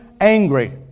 angry